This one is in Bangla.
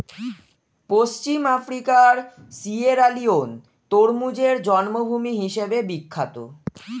পশ্চিম আফ্রিকার সিয়েরালিওন তরমুজের জন্মভূমি হিসেবে বিখ্যাত